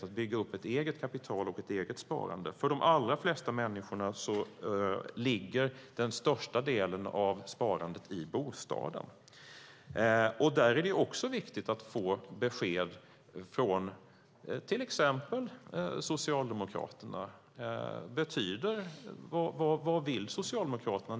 att bygga upp ett eget kapital och ett eget sparande. För de allra flesta människor ligger den största delen av sparandet i bostaden. Där är det också viktigt att få besked, till exempel från Socialdemokraterna. Vad vill Socialdemokraterna?